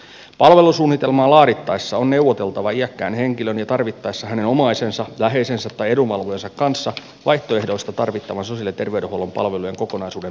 palvelusuunnitelmaa laadittaessa on neuvoteltava iäkkään henkilön ja tarvittaessa hänen omaisensa läheisensä tai edunvalvojansa kanssa vaihtoehdoista tarvittavan sosiaali ja terveydenhuollon palvelujen kokonaisuuden muodostamiseksi